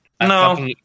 no